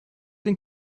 den